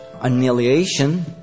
annihilation